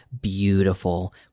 beautiful